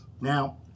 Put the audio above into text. Now